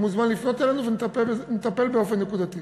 אתה מוזמן לפנות אלינו ונטפל באופן נקודתי.